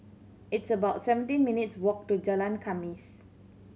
it's about seventeen minutes' walk to Jalan Khamis